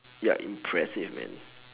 ya impressive man